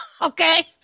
okay